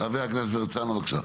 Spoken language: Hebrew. חבר הכנסת הרצנו, בבקשה.